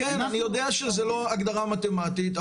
אני יודע שזה לא הגדרה מתמטית,